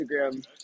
Instagram